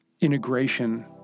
integration